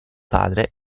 padre